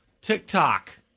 TikTok